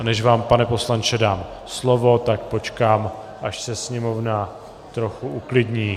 Než vám, pane poslanče, dám slovo, počkám, až se sněmovna trochu uklidní.